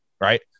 right